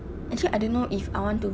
actually I don't know if I want to